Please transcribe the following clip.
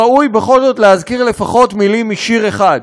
ראוי בכל זאת להזכיר לפחות מילים משיר אחד,